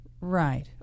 Right